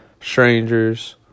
strangers